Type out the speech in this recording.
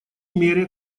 мере